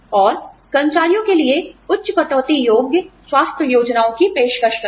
और कर्मचारियों के लिए उच्च कटौती योग्य स्वास्थ्य योजनाओं की पेशकश करें